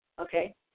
okay